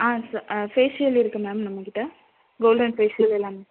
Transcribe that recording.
ஆ சே ஃபேஷியல் இருக்குது மேம் நம்மக்கிட்ட கோல்டன் ஃபேஷியல் எல்லாமே